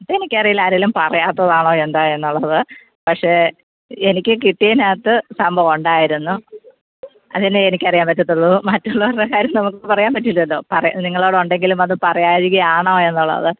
അതെനിക്കറിയില്ല ആരേലും പറയാത്തതാണോ എന്താണ് എന്നുള്ളത് പക്ഷേ എനിക്ക് കിട്ടിയതിനകത്ത് സംഭവമുണ്ടായിരുന്നു അതിനെ എനിക്കറിയാൻ പറ്റത്തുള്ളു മറ്റുള്ളവരുടെ കാര്യം നമുക്ക് പറയാൻ പറ്റില്ലല്ലോ പറ നിങ്ങളവിടെ ഉണ്ടെങ്കിലും അത് പറയായിക ആണോ എന്നുള്ളത്